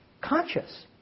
conscious